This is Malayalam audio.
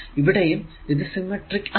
ഇവിടെയും ഇത് സിമെട്രിക് അല്ല